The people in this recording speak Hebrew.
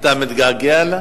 אתה מתגעגע אליה?